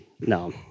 No